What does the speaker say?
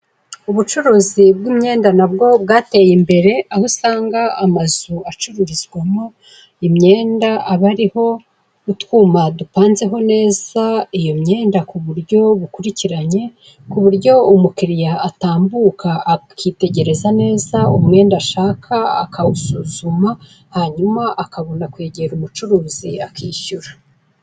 Ubucuruzi bw'imyenda nabwo bwateye imbere, aho usanga amazu acururizwa imyenda aba ariho utwuma dupanzeho neza iyo myenda kuburyo bukurikiranye, kuburyo umukiriya atambuka akitegereza neza umwenda ashaka akawusuzuma, hanyuma akabona kwegera umucuruzi akishyura.